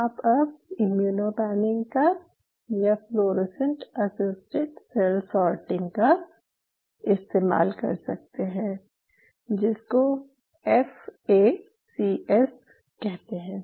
आप अब immunopanning का या फ्लोरोसेंट असिस्टेड सेल सॉर्टिंग का इस्तेमाल कर सकते हैं जिसको ऍफ़ ए सी एस कहते हैं